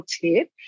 tip